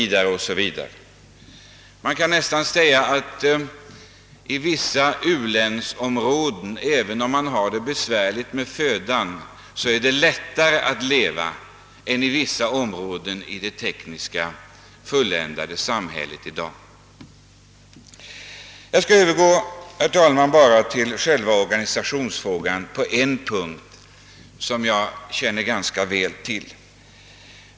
Man kan nästan säga att det är lättare att leva i vissa u-landsområden — även om man har det besvärligt med födan — än i det tekniskt fulländade samhället av i dag. Jag skall nu övergå till organisationsfrågan på en punkt som jag känner ganska väl till.